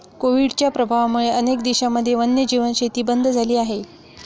कोविडच्या प्रभावामुळे अनेक देशांमध्ये वन्यजीव शेती बंद झाली आहे